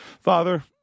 Father